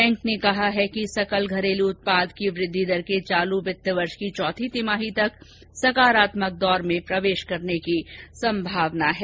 bank ने कहा है कि सकल घरेलू उत्पाद की वृद्धि दर के चालू वित्तवर्ष की चौथी तिमाही तक सकारात्मक दौर में प्रवेश करने की संभावना है